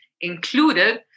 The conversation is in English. included